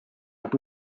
nad